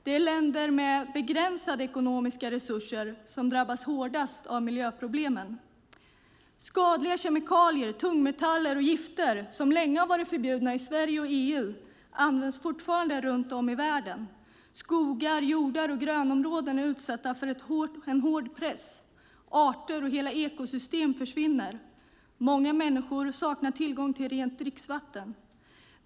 Det är länder med begränsade ekonomiska resurser som drabbas hårdast av miljöproblemen. Skadliga kemikalier, tungmetaller och gifter som länge har varit förbjudna i Sverige och inom EU används fortfarande runt om i världen. Skogar, jordar och grönområden är utsatta för en hård press. Arter och hela ekosystem försvinner. Många människor saknar tillgång till rent dricksvatten.